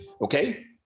Okay